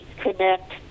connect